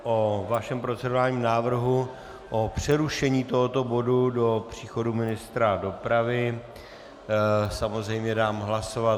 O vašem procedurálním návrhu na přerušení tohoto bodu do příchodu ministra dopravy samozřejmě dám hlasovat.